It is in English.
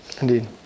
Indeed